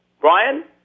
Brian